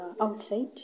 outside